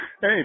Hey